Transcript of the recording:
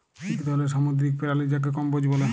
ইক ধরলের সামুদ্দিরিক পেরালি যাকে কম্বোজ ব্যলে